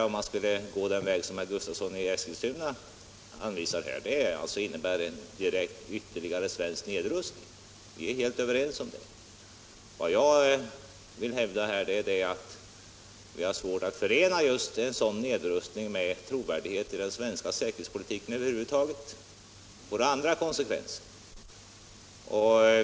Om vi skulle gå den väg som herr Gustavsson i Eskilstuna anvisar skulle det givetvis innebära en ytterligare svensk nedrustning. Det är vi helt överens om. Vad jag vill hävda är att vi har svårt att förena en sådan nedrustning med svensk neutralitetspolitiks trovärdighet över huvud taget, och den kunde också få andra konsekvenser.